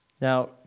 Now